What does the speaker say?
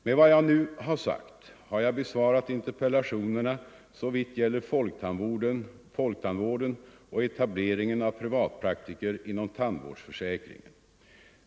Med vad jag nu har sagt har jag besvarat interpellationerna såvitt gäller folktandvården och etableringen av privatpraktiker inom tandvårdsförsäkringen.